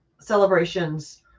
celebrations